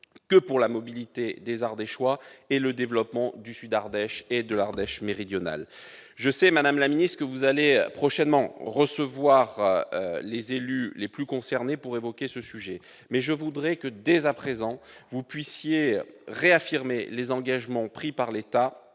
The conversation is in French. que pour la mobilité des Ardéchois et le développement du Sud-Ardèche et de l'Ardèche méridionale. Je sais, madame la ministre, que vous allez prochainement recevoir les élus les plus concernés pour évoquer ce sujet. Pouvez-vous, dès à présent, réaffirmer les engagements pris par l'État,